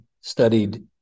studied